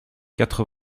quatre